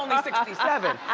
and sixty seven.